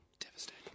devastating